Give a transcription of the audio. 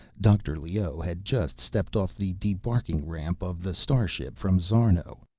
dr. leoh had just stepped off the debarking ramp of the starship from szarno.